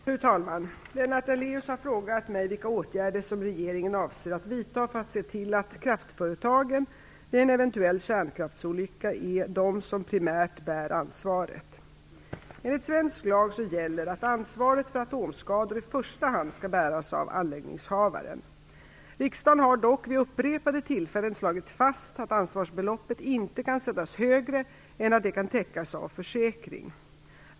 Fru talman! Lennart Daléus har frågat mig vilka åtgärder regeringen avser att vidta för att se till att kraftföretagen, vid en eventuell kärnkraftsolycka, är de som primärt bär ansvaret. Enligt svensk lag gäller att ansvaret för atomskador i första hand skall bäras av anläggningshavaren. Riksdagen har dock vid upprepade tillfällen slagit fast att ansvarsbeloppet inte kan sättas högre än att det kan täckas av försäkring .